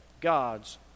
God's